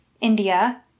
India